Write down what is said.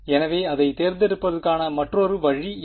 எனவே அதைத் தேர்ந்தெடுப்பதற்கான மற்றொரு வழி என்ன